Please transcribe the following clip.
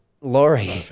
Laurie